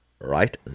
right